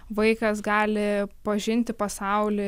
vaikas gali pažinti pasaulį